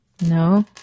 No